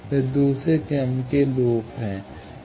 वे दूसरे क्रम के लूप हैं